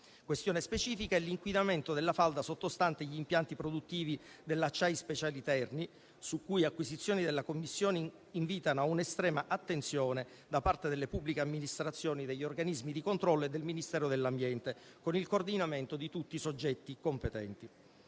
Questione specifica è l'inquinamento della falda sottostante gli impianti produttivi della Acciai Speciali Terni, su cui acquisizioni della Commissione invitano ad un'estrema attenzione da parte delle pubbliche amministrazioni, degli organismi di controllo e del Ministero dell'ambiente, con il coordinamento di tutti i soggetti competenti.